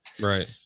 right